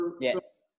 yes